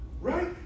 right